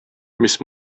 mis